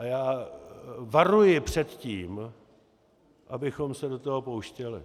A já varuji před tím, abychom se do toho pouštěli.